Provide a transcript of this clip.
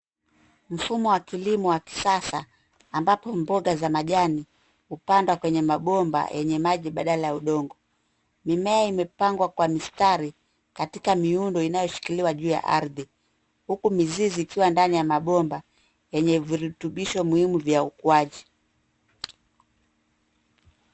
Mfumo wa kilimo wa kisasa, ambapo mboga za majani upandwa kwenye mabomba yenye maji badala ya udongo. Mimea imepangwa kwa mistari katika miundo inayoshikiliwa juu ya ardhi, huku mizizi ikiwa ndani ya mabomba yenye virutubisho muhimu vya ukuaji.